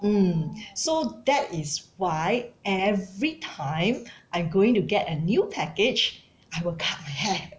mm so that is why every time I'm going to get a new package I will cut my hair